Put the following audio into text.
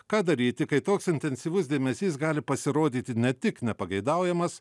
ką daryti kai toks intensyvus dėmesys gali pasirodyti ne tik nepageidaujamas